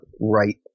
right